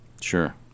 Sure